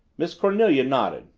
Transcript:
miss cornelia nodded.